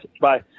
Bye